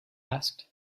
asked